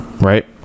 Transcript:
right